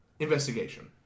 Investigation